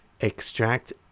Extract